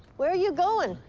where are you going?